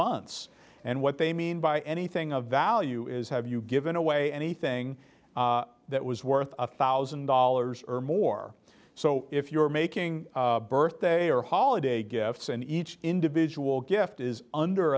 months and what they mean by anything of value is have you given away anything that was worth a thousand dollars or more so if you're making birthday or holiday gifts and each individual gift is under